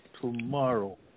tomorrow